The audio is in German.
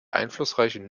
einflussreichen